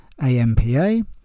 ampa